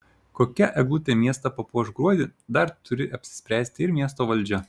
kokia eglutė miestą papuoš gruodį dar turi apsispręsti ir miesto valdžia